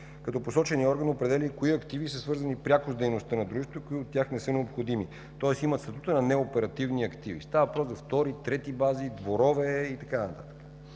като посоченият орган определя и кои активи са свързани пряко с дейността на дружеството и кои от тях не са необходими, тоест имат статута на неоперативни активи – става въпрос за втори, трети бази, дворове и така нататък,